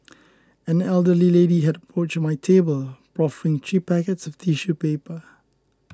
an elderly lady had approached my table proffering three packets of tissue paper